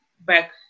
back